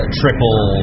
triple